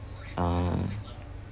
uh